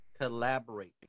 collaborate